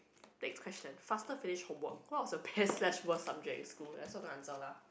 next question faster finish homework what was your best slash worst subject in school I also answer lah